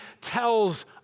tells